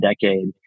decade